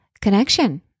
connection